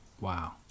Wow